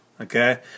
okay